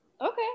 Okay